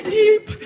deep